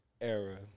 era